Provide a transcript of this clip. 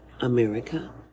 America